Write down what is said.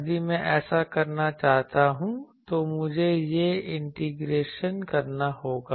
यदि मैं ऐसा करना चाहता हूं तो मुझे यह इंटीग्रेशन करना होगा